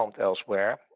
elsewhere